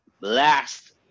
last